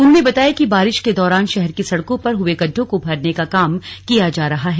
उन्होंने बताया कि बारिश के दौरान शहर की सड़कों पर हए गड़ढों को भरने का काम किया जा रहा है